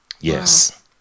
yes